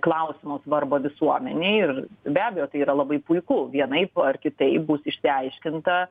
klausimo svarbą visuomenei ir be abejo tai yra labai puiku vienaip ar kitaip bus išsiaiškinta